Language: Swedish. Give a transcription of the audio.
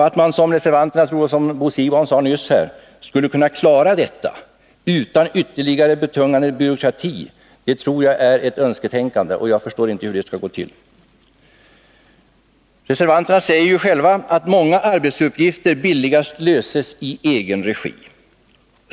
Att man, som reservanterna påstår och Bo Siegbahn nyss sade, skulle kunna klara detta utan ytterligare betungande byråkrati tror jag är ett önsketänkande. Jag förstår inte hur det skulle gå till. Reservanterna säger själva att många arbetsuppgifter billigast löses i egen regi.